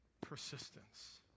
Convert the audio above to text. persistence